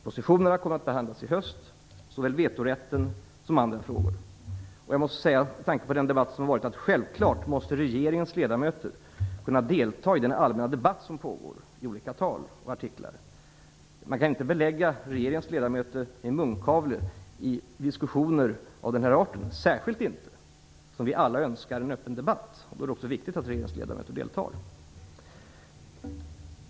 Positionerna kommer att behandlas i höst - såväl frågan om vetorätt som andra frågor. Med tanke på den debatt som har varit måste jag säga att regeringens ledamöter självfallet måste kunna delta i den allmänna debatt som pågår i olika tal och artiklar. Man kan inte belägga regeringens ledamöter med munkavle i diskussioner av denna art - särskilt inte som vi alla önskar en öppen debatt. Då är det också viktigt att regeringens ledamöter deltar.